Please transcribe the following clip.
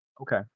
Okay